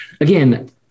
again